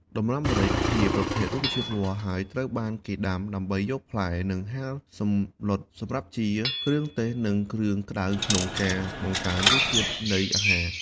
ដំណាំម្រេចជាប្រភេទរុក្ខជាតិវល្លិ ហើយត្រូវបានគេដាំដើម្បីយកផ្លែ និងហាលសម្ងួតសម្រាប់ជាគ្រឿងទេស និងគ្រឿងក្ដៅក្នុងការ បង្កើនរសជាតិនៃអាហារ។